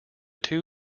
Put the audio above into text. two